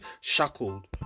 shackled